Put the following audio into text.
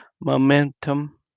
momentum